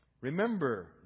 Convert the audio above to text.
remember